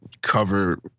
cover